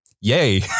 yay